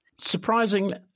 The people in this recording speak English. Surprisingly